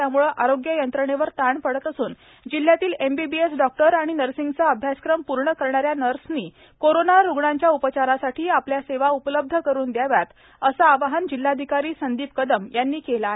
त्याम्ळे आरोग्य यंत्रणेवर ताण पडत असून जिल्ह्यातील एमबीबीएस डॉक्टर आणि नर्सिंगचा अभ्यासक्रम पूर्ण करणाऱ्या नर्सनी कोरोना रुग्णांच्या उपचारासाठी आपल्या सेवा उपलब्ध करून द्याव्यात असे आवाहन जिल्हाधिकारी संदीप कदम यांनी केले आहे